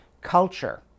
culture